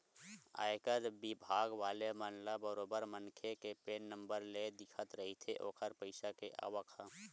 आयकर बिभाग वाले मन ल बरोबर मनखे के पेन नंबर ले दिखत रहिथे ओखर पइसा के आवक ह